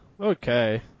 Okay